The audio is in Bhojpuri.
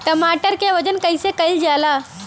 टमाटर क वजन कईसे कईल जाला?